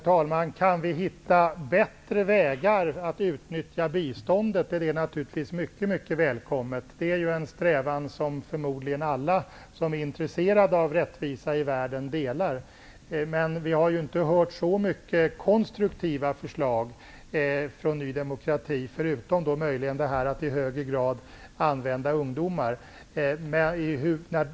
Herr talman! Bättre vägar att utnyttja biståndet är naturligtvis mycket välkomna. Det är en strävan som förmodligen alla som är intresserade av rättvisa i världen delar. Vi har inte hört så många konstruktiva förslag från Ny demokrati, förutom möjligen förslaget om att i högre grad använda ungdomar.